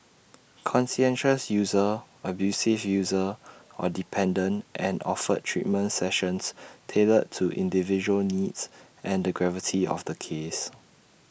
conscientious user abusive user or dependent and offered treatment sessions tailored to individual needs and the gravity of the case